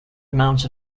amounts